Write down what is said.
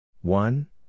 One